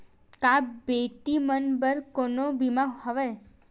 का बेटी मन बर कोनो बीमा हवय?